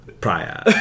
prior